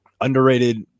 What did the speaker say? underrated